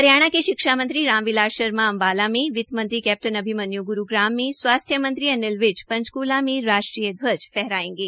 हरियाणा के शिक्षा मंत्री राम बिलास शर्मा अम्बाला में वित्तमंत्री कैप्टन अभिमन्यू ग्रूग्राम में स्वास्थ्य मंत्री अनिल विज पंचकुला में राष्ट्रीय ध्वज फहरायेंगे